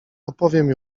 opowiem